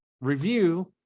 review